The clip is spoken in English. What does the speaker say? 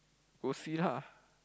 go see lah